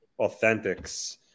authentics